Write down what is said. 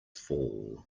fall